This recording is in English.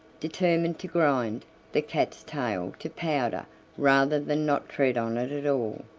determined to grind the cat's tail to powder rather than not tread on it at all.